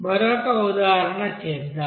మరొక ఉదాహరణ చేద్దాం